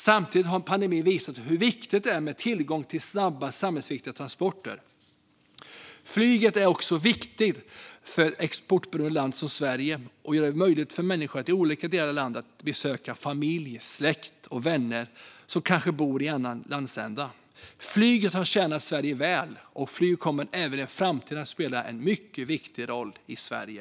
Samtidigt har pandemin visat hur viktigt det är med tillgång till snabba samhällsviktiga transporter. Flyget är också viktigt för ett exportberoende land som Sverige, och det gör det möjligt för människor i olika delar av landet att besöka familj, släkt och vänner som kanske bor i en annan landsända. Flyget har tjänat Sverige väl, och flyget kommer även i framtiden att spela en mycket viktig roll i Sverige.